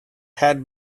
had